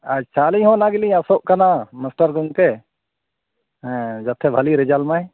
ᱟᱪᱪᱷᱟ ᱟᱹᱞᱤᱧ ᱦᱚ ᱚᱱᱟ ᱜᱮᱞᱤᱧ ᱟᱥᱚᱜ ᱠᱟᱱᱟ ᱢᱟᱥᱴᱟᱨ ᱜᱚᱝᱠᱮ ᱡᱟᱛᱮ ᱵᱷᱟᱞᱮᱭ ᱨᱮᱡᱟᱞᱴᱢᱟᱭ